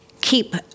keep